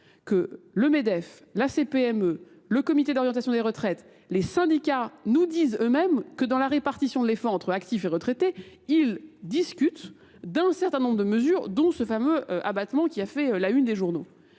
Que le MEDEF, la CPME, le Comité d'orientation des retraites, les syndicats nous disent eux-mêmes que dans la répartition de l'effort entre actifs et retraités, ils discutent d'un certain nombre de mesures dont ce fameux abattement qui a fait la une des journaux.